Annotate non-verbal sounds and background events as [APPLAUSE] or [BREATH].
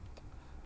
[BREATH]